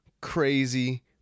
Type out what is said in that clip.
crazy